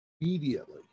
Immediately